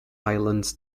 islands